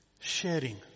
sharing